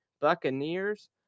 Buccaneers